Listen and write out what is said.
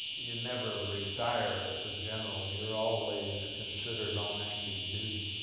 you never retire as a general. you're always considered on active duty,